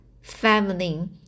family